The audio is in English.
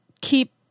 keep